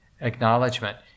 acknowledgement